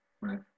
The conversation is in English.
Right